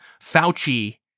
Fauci